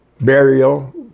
burial